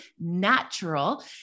natural